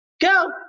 go